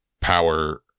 power